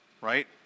Right